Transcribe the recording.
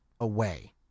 away